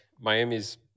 Miami's